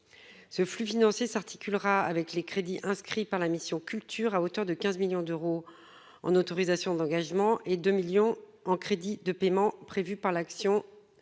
ce flux financiers s'articulera avec les crédits inscrits par la mission culture à hauteur de 15 millions d'euros en autorisations d'engagement et de millions en crédits de paiement prévus par l'action 0